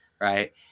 Right